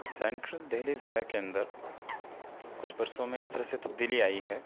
central Delhi ضلع کے اندر کچھ برسوں میں اس طرح سے تبدیلی آئی ہے